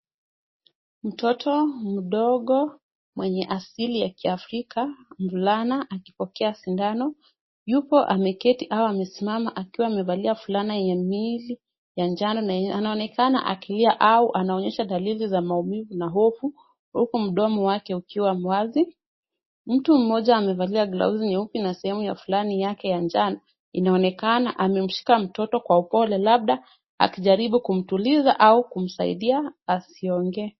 Mtoto mdogo mwenye asili ya kiafrika mvulana akipokea sindano yupo ameketi au amesimama akiwa amevalia fulana yenye miili ya jano. Anaonekana akilia au anaonyesha dalili za maumivu na hofu huku mdomo wake ukiwa wazi. Mtu mmoja amevalia glovu nyeupe na sehemu ya fulani yake ya jano inaonekana amemshika mtoto kwa upole labda akijaribu kumtuliza au kumsaidia asiongee.